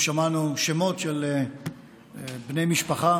קודם שמענו שמות של בני משפחה